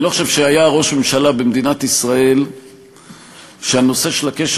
אני לא חושב שהיה ראש ממשלה במדינת ישראל שהנושא של הקשר